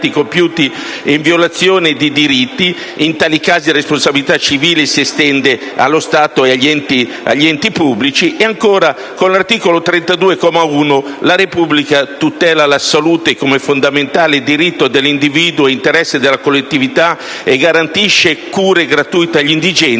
«In tali casi la responsabilità civile si estende allo Stato e agli enti pubblici». Ancora, all'articolo 32, primo comma, si legge: «La Repubblica tutela la salute come fondamentale diritto dell'individuo e interesse della collettività, e garantisce cure gratuite agli indigenti»,